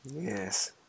Yes